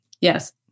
Yes